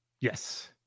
Yes